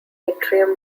atrium